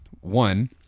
one